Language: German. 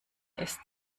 ist